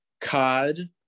cod